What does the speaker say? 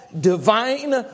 divine